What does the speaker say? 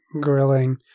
grilling